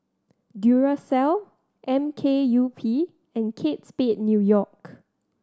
Duracell M K U P and Kate Spade New York